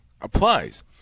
applies